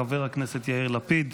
חבר הכנסת יאיר לפיד,